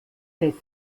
fest